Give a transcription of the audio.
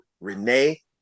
renee